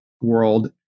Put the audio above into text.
world